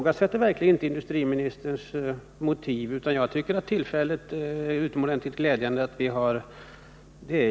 Jagifrågasätter verkligen inte industriministerns motiv, utan jag tycker det är utomordentligt glädjande att vi har fått tillfälle att höra dem.